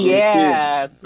yes